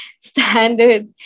standard